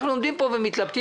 אנחנו עומדים פה ומתלבטים.